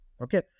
okay